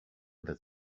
that